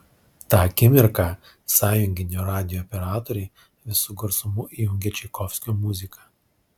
tą akimirką sąjunginio radijo operatoriai visu garsumu įjungė čaikovskio muziką